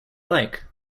like